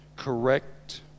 correct